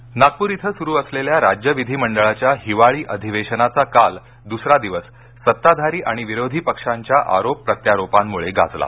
विधिमंडळ नागपूर इथं सुरु असलेल्या राज्य विधिमंडळाच्या हिवाळी अधिवेशनाचा काल दुसरा दिवस सत्ताधारी आणि विरोधी पक्षांच्या आरोप प्रत्यारोपांमुळे गाजला